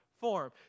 form